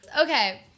Okay